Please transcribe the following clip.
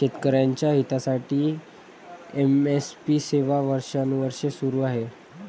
शेतकऱ्यांच्या हितासाठी एम.एस.पी सेवा वर्षानुवर्षे सुरू आहे